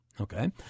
Okay